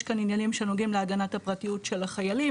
יש כאן עניינים שנוגעים להגנת הפרטיות של החיילים,